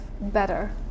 better